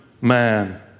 man